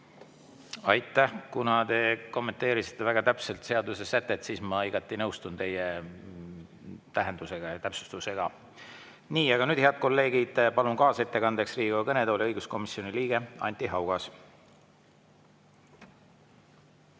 Aitäh! Kuna te kommenteerisite väga täpselt seaduse sätet, siis ma igati nõustun teie tähelduse ja täpsustusega. Nüüd, head kolleegid, palun kaasettekandeks Riigikogu kõnetooli õiguskomisjoni liikme Anti Haugase!